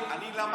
אני למדתי,